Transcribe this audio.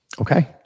Okay